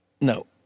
No